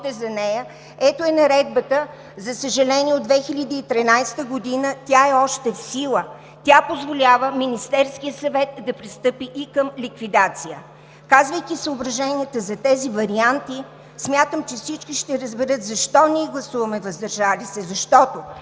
(показва наредбата), за съжаление, от 2013 г. – тя е още в сила. Тя позволява Министерският съвет да пристъпи и към ликвидация. Казвайки съображенията за тези варианти смятам, че всички ще разберат защо ние гласуваме „въздържал се“. Защото,